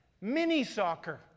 Mini-soccer